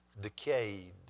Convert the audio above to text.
decayed